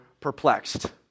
perplexed